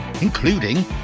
including